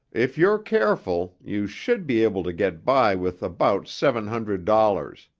if you're careful, you should be able to get by with about seven hundred dollars.